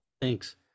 thanks